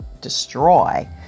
destroy